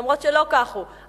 למרות שלא כך הוא,